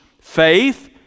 faith